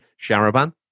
Sharaban